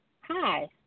Hi